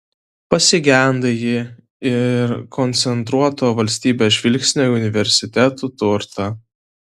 pasigenda ji ir koncentruoto valstybės žvilgsnio į universitetų turtą